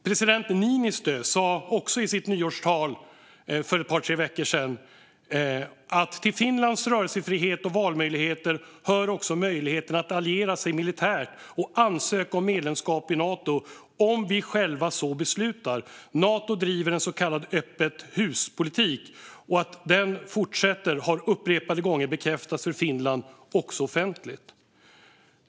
President Niinistö sa i sitt nyårstal för några veckor sedan: "Till Finlands rörelsefrihet och valmöjligheter hör också möjligheten att alliera sig militärt och ansöka om medlemskap i Nato, om vi själva så beslutar. Nato driver en så kallad öppet hus-politik, och att den fortsätter har upprepade gånger bekräftats för Finland också offentligt."